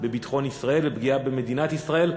בביטחון ישראל ופגיעה במדינת ישראל.